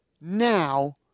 now